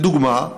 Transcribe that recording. לדוגמה,